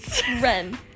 Ren